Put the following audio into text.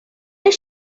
does